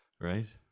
Right